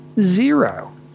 Zero